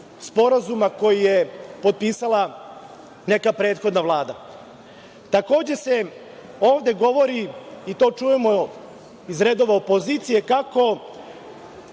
sporazuma koji je potpisala neka prethodna Vlada. Takođe se ovde govori, i to čujemo iz redova opozicije, kako